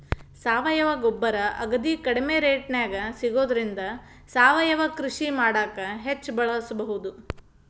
ಸಾವಯವ ಗೊಬ್ಬರ ಅಗದಿ ಕಡಿಮೆ ರೇಟ್ನ್ಯಾಗ ಸಿಗೋದ್ರಿಂದ ಸಾವಯವ ಕೃಷಿ ಮಾಡಾಕ ಹೆಚ್ಚ್ ಬಳಸಬಹುದು